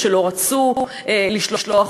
או שלא רצו לשלוח,